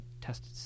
test